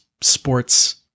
sports